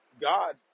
God